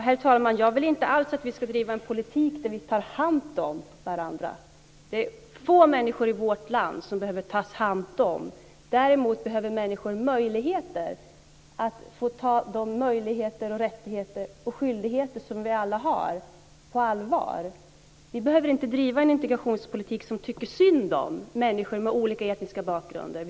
Herr talman! Jag vill inte alls att vi ska driva en politik där vi tar hand om varandra. Det är få människor i vårt land som behöver tas om hand. Däremot behöver människor möjligheter att ta de möjligheter, rättigheter och skyldigheter som vi alla har på allvar. Vi behöver inte driva en integrationspolitik som tycker synd om människor med olika etiska bakgrunder.